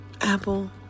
Apple